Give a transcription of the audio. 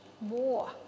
more